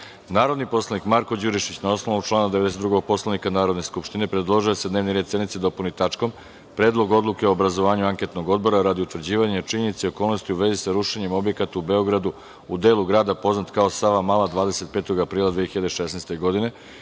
predlog. Narodni poslanik Marko Đurišić na osnovu, člana 92. Poslovnika Narodne skupštine, predložio je da se dnevni red sednice dopuni tačkom – Predlog odluke o obrazovanju Anketnog odbora, radi utvrđivanja činjenice i okolnosti u vezi sa rušenjem objekata u Beogradu, u delu grada poznat kao Savamala, 25. aprila 2016. godine,